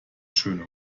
schöne